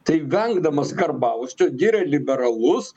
tai vengdamas karbauskio giria liberalus